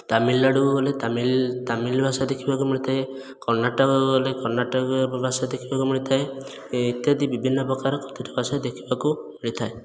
ତାମିଲନାଡ଼ୁ ଗଲେ ତାମିଲ ତାମିଲ ଭାଷା ଦେଖିବାକୁ ମିଳିଥାଏ କର୍ଣ୍ଣାଟକ ଗଲେ କର୍ଣ୍ଣାଟକର ଭାଷା ଦେଖିବାକୁ ମିଳିଥାଏ ଇତ୍ୟାଦି ବିଭିନ୍ନ ପ୍ରକାର କଥିତ ଭାଷା ଦେଖିବାକୁ ମିଳିଥାଏ